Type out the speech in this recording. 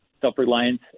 self-reliance